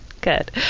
Good